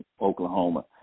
Oklahoma